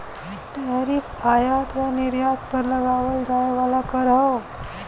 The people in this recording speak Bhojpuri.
टैरिफ आयात या निर्यात पर लगावल जाये वाला कर हौ